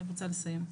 אני רוצה לסיים.